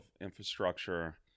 infrastructure